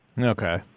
Okay